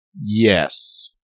Yes